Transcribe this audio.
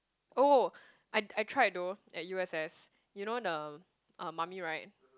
oh I I tried though at U_S_S you know the uh mummy ride